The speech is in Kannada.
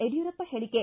ಯಡ್ಕೂರಪ್ಪ ಹೇಳಿಕೆ